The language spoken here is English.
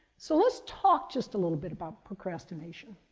so, let's talk just a little bit about procrastination.